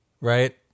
right